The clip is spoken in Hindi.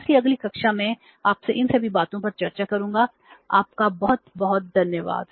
इसलिए अगली कक्षा में मैं आपसे इन सभी बातों पर चर्चा करूंगा आपका बहुत बहुत धन्यवाद